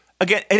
again